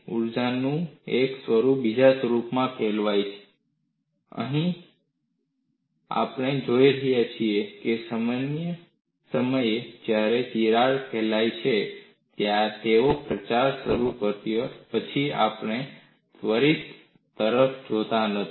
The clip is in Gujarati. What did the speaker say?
ઊર્જાનું એક સ્વરૂપ બીજા સ્વરૂપમાં ફેરવાઈ જાય છે અને અહીં ફરી આપણે જોઈ રહ્યા છીએ તે સમયે જ્યારે તિરાડ ફેલાવવાની છે તેનો પ્રચાર શરૂ થયા પછી આપણે ત્વરિત તરફ જોતા નથી